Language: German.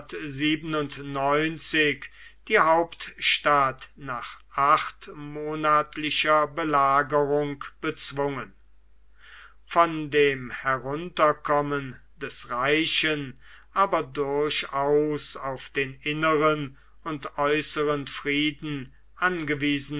die hauptstadt nach achtmonatlicher belagerung bezwungen von dem herunterkommen des reichen aber durchaus auf den inneren und äußeren frieden angewiesenen